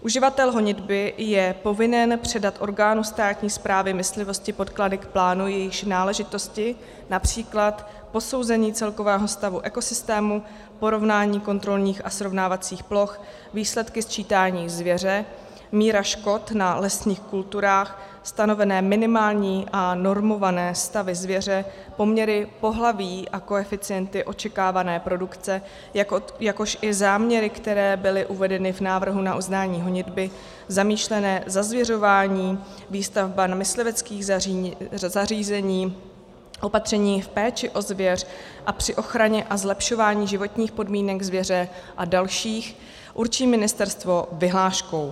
Uživatel honitby je povinen předat orgánu státní správy myslivosti podklady k plánu, jejichž náležitosti například posouzení celkového stavu ekosystému, porovnání kontrolních a srovnávacích ploch, výsledky sčítání zvěře, míra škod na lesních kulturách, stanovené minimální a normované stavy zvěře, poměry pohlaví a koeficienty očekávané produkce, jakož i záměry, které byly uvedeny v návrhu na uznání honitby zamýšlené zazvěřování, výstavba mysliveckých zařízení, opatření v péči o zvěř a při ochraně a zlepšování životních podmínek zvěře a dalších určí ministerstvo vyhláškou.